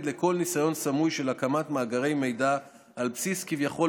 לכל ניסיון סמוי של הקמת מאגרי מידע על בסיס כביכול